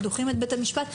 ודוחים את בית המשפט,